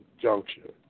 juncture